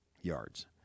yards